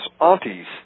aunties